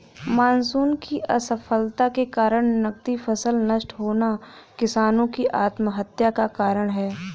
monsoon की असफलता के कारण नकदी फसल नष्ट होना किसानो की आत्महत्या का कारण है